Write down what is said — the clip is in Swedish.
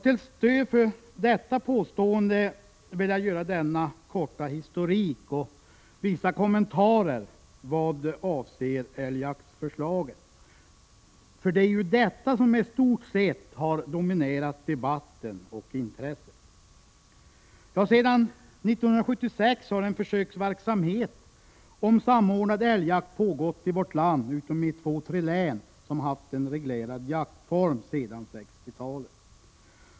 Till stöd för detta påstående vill jag lämna en kort historik och göra vissa kommentarer beträffande älgjaktsförslaget. Det är ju detta som i stort sett har dominerat debatten och intresset. Sedan 1976 har en försöksverksamhet med samordnad älgjakt pågått i vårt land utom i två tre län som har haft en reglerad jaktform sedan 60-talet.